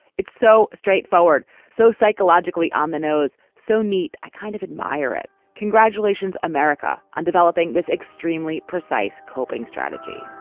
it's so straightforward so psychologically on the nose so neat. i kind of admire it. congratulations america on developing this extremely precise coping strategy